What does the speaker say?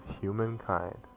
humankind